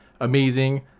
amazing